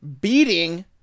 beating